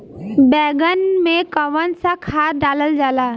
बैंगन में कवन सा खाद डालल जाला?